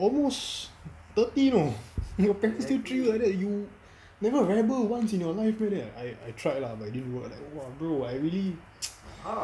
almost thirty know your parents still treat you like that you never rebel once in your life meh I I tried ah but it didn't work !wah! bro I really